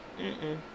-mm